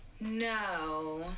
No